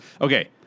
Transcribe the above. Okay